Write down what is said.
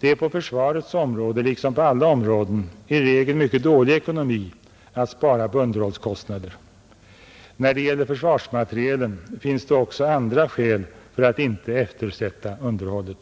Det är på försvarets område liksom på alla områden i regel mycket dålig ekonomi att spara på underhållskostnader. När det gäller försvarsmaterielen finns det också andra skäl för att inte eftersätta underhållet.